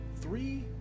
three